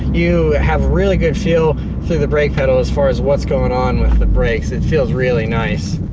you have really good feel through the brake pedal, as far as what's going on with the brakes. it feels really nice.